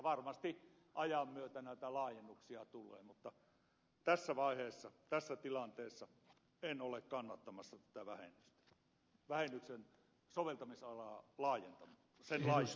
varmasti ajan myötä näitä laajennuksia tulee mutta tässä vaiheessa tässä tilanteessa en ole kannattamassa tätä vähennyksen soveltamisalan laajentamista